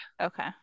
Okay